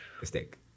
mistake